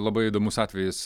labai įdomus atvejis